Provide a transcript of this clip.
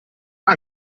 hat